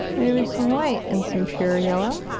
maybe some white and some pure yellow.